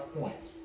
points